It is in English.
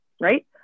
right